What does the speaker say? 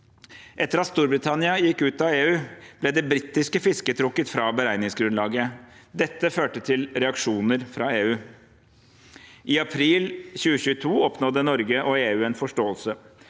Etter at Storbritannia gikk ut av EU, ble det britiske fisket trukket fra beregningsgrunnlaget. Dette førte til reaksjoner fra EU. I april 2022 oppnådde Norge og EU en forståelse.